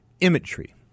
Imagery